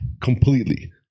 completely